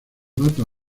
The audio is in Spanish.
dato